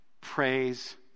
Praise